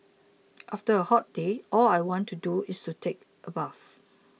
after a hot day all I want to do is take a bath